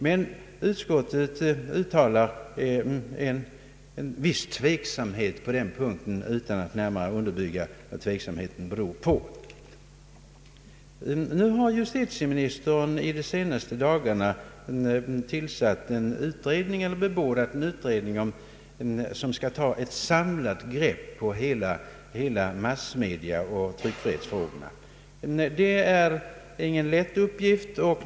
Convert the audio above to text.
Men utskottet uttalar en viss tveksamhet på denna punkt utan att närmare underbygga vad tveksamheten beror på. Justitieministern har i dagarna bebådat en utredning som skall ta ett samlat grepp på hela massmediaoch tryckfrihetsfrågorna. Det är ingen lätt uppgift.